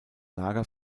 lager